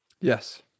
Yes